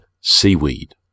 seaweed